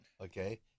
Okay